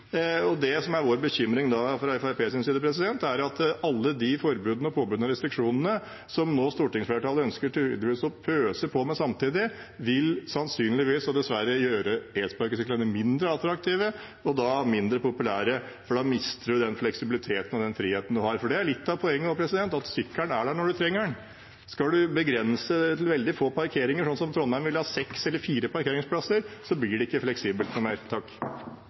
Det som er vår bekymring fra Fremskrittspartiets side, er at alle de forbudene, påbudene og restriksjonene som stortingsflertallet nå tydeligvis ønsker å pøse på med samtidig, sannsynligvis – og dessverre – vil gjøre elsparkesyklene mindre attraktive og da mindre populære, for da mister man den fleksibiliteten og den friheten man har. Det er litt av poenget at sykkelen er der når man trenger den. Skal man begrense det med veldig få parkeringer, sånn som i Trondheim, som vil ha seks eller fire parkeringsplasser, blir det ikke lenger fleksibelt.